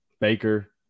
Baker